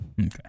Okay